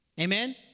Amen